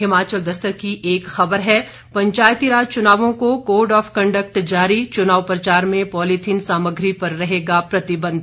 हिमाचल दस्तक को एक खबर है पंचायती राज चुनावों को कोड ऑफ कंडक्ट जारी चुनाव प्रचार में पॉलीथिन सामग्री पर रहेगा प्रतिबंध